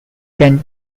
can